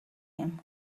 him